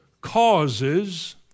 causes